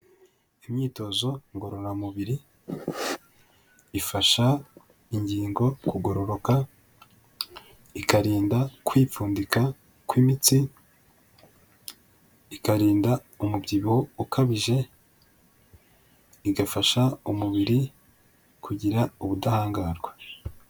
Imyitozo ngororamubiri, ifasha ingingo kugororoka, ikarinda kwipfundika kw'imitsi, ikarinda umubyibuho ukabije, igafasha umubiri kugira ubudahangarwa.